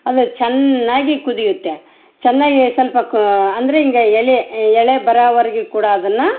ಅದು ಚೆನ್ನಾಗಿ ಕುದಿಯುತ್ತೆ ಚೆನ್ನಾಗಿ ಸ್ವಲ್ಪ ಕು ಅಂದರೆ ಹಿಂಗೆ ಎಲೆ ಎಳೆ ಬರೋವರ್ಗು ಕೂಡ ಅದನ್ನು